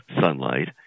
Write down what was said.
sunlight